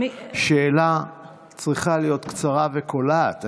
שאלה צריכה להיות קצרה וקולעת.